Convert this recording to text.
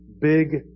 big